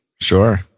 Sure